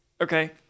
Okay